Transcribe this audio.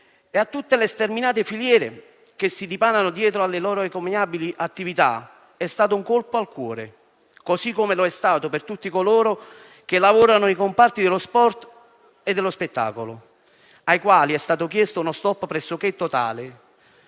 e a tutte le sterminate filiere che si dipanano dietro alle loro encomiabili attività è stato un colpo al cuore, così come lo è stato per tutti coloro che lavorano nei comparti dello sport e dello spettacolo, ai quali è stato chiesto uno stop pressoché totale,